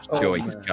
choice